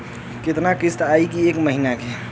कितना किस्त आई एक महीना के?